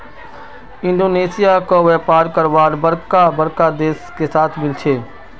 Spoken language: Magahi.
इंडोनेशिया क व्यापार करवार बरका बरका देश से साथ मिल छे